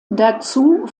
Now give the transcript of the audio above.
dazu